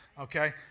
Okay